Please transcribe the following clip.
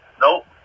Nope